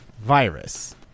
virus